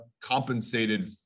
compensated